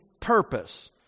purpose